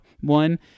one